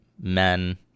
men